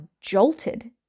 jolted